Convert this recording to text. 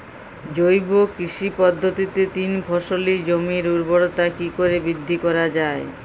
জৈব কৃষি পদ্ধতিতে তিন ফসলী জমির ঊর্বরতা কি করে বৃদ্ধি করা য়ায়?